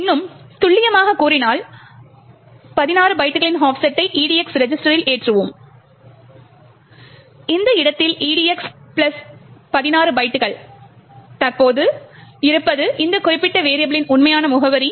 இப்போது இந்த இடத்தில் EDX பிளஸ் 16 பைட்டுகள் தற்போது இருப்பது இந்த குறிப்பிட்ட வெரியபிளின் உண்மையான முகவரி